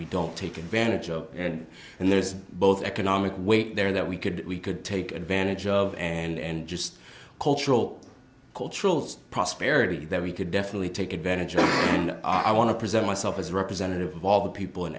we don't take advantage of and and there's both economic weight there that we could we could take advantage of and just cultural cultural prosperity that we could definitely take advantage of and i want to present myself as representative of all the people